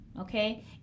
okay